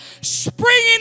springing